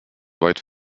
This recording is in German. weit